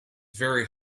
very